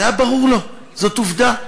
זה היה ברור לו, זאת עובדה.